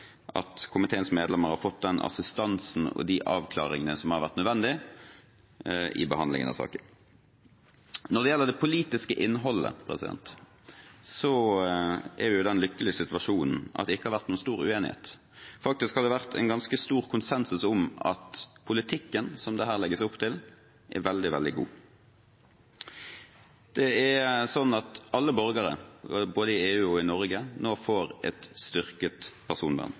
at komiteens medlemmer har fått den assistansen og de avklaringene som har vært nødvendige i behandlingen av sakene. Når det gjelder det politiske innholdet, er vi i den lykkelige situasjonen at det ikke har vært noen stor uenighet. Faktisk har det vært en ganske stor konsensus om at politikken som det her legges opp til, er veldig, veldig god. Det er slik at alle borgere i både EU og Norge nå får et styrket personvern.